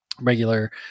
regular